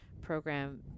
program